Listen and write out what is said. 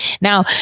Now